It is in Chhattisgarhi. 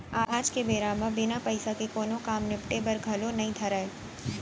आज के बेरा म बिना पइसा के कोनों काम निपटे बर घलौ नइ धरय